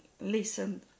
listen